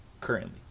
currently